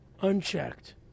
unchecked